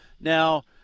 Now